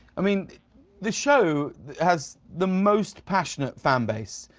i mean the show has the most passionate fan base,